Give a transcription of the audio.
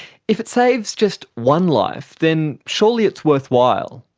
if it saves just one life, then surely it's worthwhile.